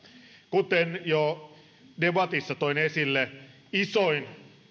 kuten jo debatissa toin esille isoin